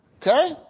Okay